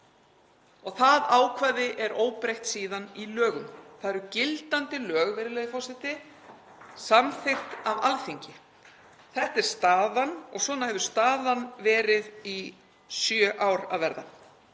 Það ákvæði er óbreytt síðan í lögum. Það eru gildandi lög, virðulegi forseti, samþykkt af Alþingi. Þetta er staðan og svona hefur staðan verið í sjö ár að verða.